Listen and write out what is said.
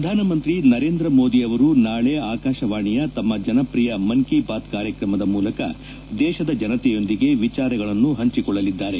ಪ್ರಧಾನಮಂತ್ರಿ ನರೇಂದ್ರ ಮೋದಿ ಅವರು ನಾಳೆ ಆಕಾಶವಾಣಿಯ ತಮ್ಮ ಜನಪ್ರಿಯ ಮನ್ ಕಿ ಬಾತ್ ಕಾರ್ಯಕ್ರಮದ ಮೂಲಕ ದೇಶದ ಜನತೆಯೊಂದಿಗೆ ವಿಚಾರಗಳನ್ನು ಹಂಚಿಕೊಳ್ಳಲಿದ್ದಾರೆ